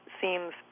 seems